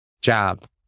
jab